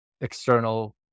external